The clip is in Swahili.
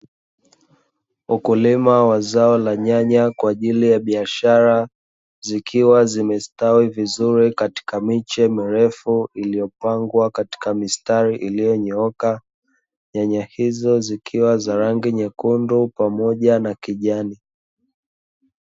Wakulima wa zao la nyanya kwa ajili ya biashara, zikiwa zimestawi vizuri katika miche mirefu iliyopangwa katika mistari iliyonyooka. Nyanya hizo zikiwa za rangi nyekundu pamoja na kijani.